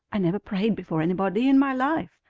i never prayed before anybody in my life.